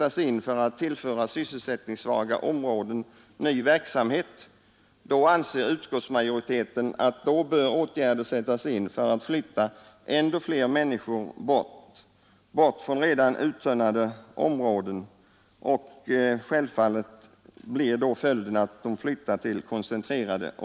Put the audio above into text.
I en tid nä att tillföra sysselsättningssvaga områden ny verksamhet, då anser utskottsmajoriteten att åtgärder bör sättas in för att flytta ännu fler människor bort — bort från redan uttunnade områden till koncentrerade.